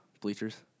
bleachers